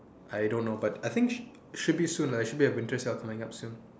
I don't know but I think sh~ should be soon should be a winter sale coming up soon